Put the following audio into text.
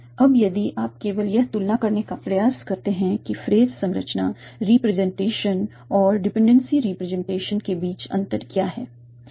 अब यदि आप केवल यह तुलना करने का प्रयास करते हैं कि फ्रेज संरचना रिप्रेजेंटेशन और डिपेंडेंसी रिप्रेजेंटेशन के बीच अंतर क्या है